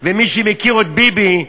ומי שמכיר את ביבי,